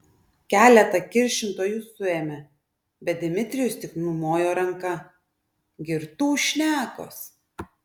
keletą kiršintojų suėmė bet dmitrijus tik numojo ranka girtų šnekos